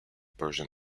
persian